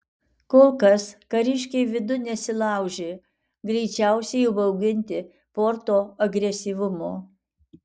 kol kas kariškiai vidun nesilaužė greičiausiai įbauginti porto agresyvumo